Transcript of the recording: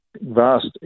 vast